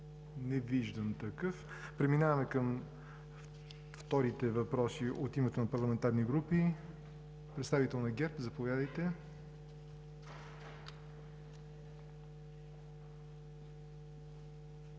Не виждам такъв. Преминаваме към вторите въпроси от името на парламентарни групи. От името на ГЕРБ – заповядайте,